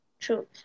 True